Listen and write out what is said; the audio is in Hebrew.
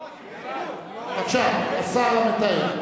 בבקשה, השר המתאם.